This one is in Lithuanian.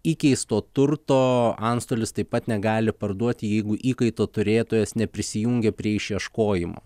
įkeisto turto antstolis taip pat negali parduoti jeigu įkaito turėtojas neprisijungė prie išieškojimo